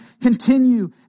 continue